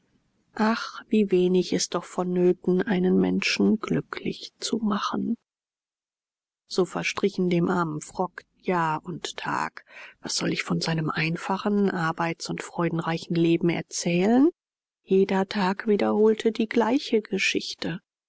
ach wie wenig ist doch vonnöten einen menschen glücklich zu machen so verstrichen dem armen frock jahr und tag was soll ich von seinem einfachen arbeits und freudenreichen leben erzählen jeder tag wiederholte die gleiche geschichte